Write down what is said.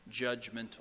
judgmental